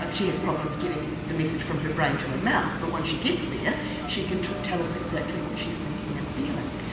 ah but she has problems getting the message from her brain to her mouth, but once she gets there ah she can tell us exactly what she's thinking and feeling.